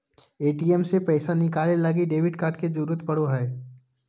ATM से पैसा निकाले लगी डेबिट कार्ड के जरूरत पड़ो हय